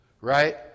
Right